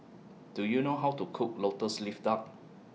Do YOU know How to Cook Lotus Leaf Duck